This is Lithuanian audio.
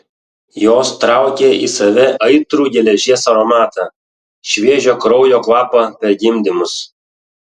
jos traukė į save aitrų geležies aromatą šviežio kraujo kvapą per gimdymus